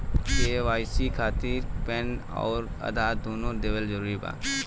KYC खातिर PAN आउर आधार दुनों देवल जरूरी बा?